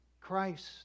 Christ